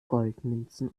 goldmünzen